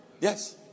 Yes